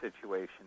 situation